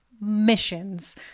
missions